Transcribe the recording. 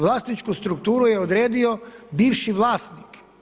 Vlasničku strukturu je odredio bivši vlasnik.